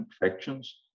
infections